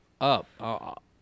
up